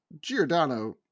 Giordano